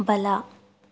ಬಲ